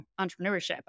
entrepreneurship